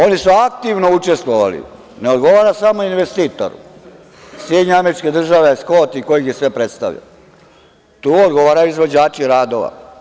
Oni su aktivno učestvovali, ne odgovara samo investitor, SAD, Skot i ko ih je sve predstavljao, tu odgovaraju izvođači radova.